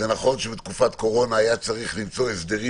נכון שבתקופת הקורונה היה צריך למצוא הסדרים